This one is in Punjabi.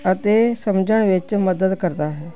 ਅਤੇ ਸਮਝਣ ਵਿੱਚ ਮਦਦ ਕਰਦਾ ਹੈ